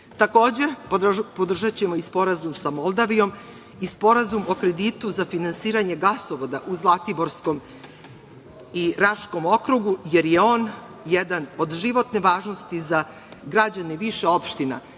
podržaćemo i Sporazum sa Moldavijom i Sporazum o kreditu za finansiranje gasovoda u Zlatiborskom i Raškom okrugu, jer je on jedan od životne važnosti za građane više opština,